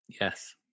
yes